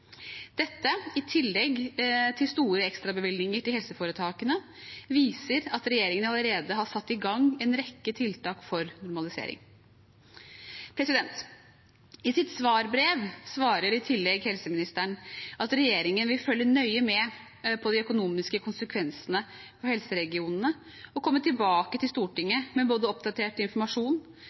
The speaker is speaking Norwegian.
Dette, i tillegg til store ekstrabevilgninger til helseforetakene, viser at regjeringen allerede har satt i gang en rekke tiltak for normalisering. I sitt svarbrev svarer i tillegg helseministeren at regjeringen vil følge nøye med på de økonomiske konsekvensene for helseregionene og komme tilbake til Stortinget med både oppdatert informasjon,